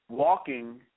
Walking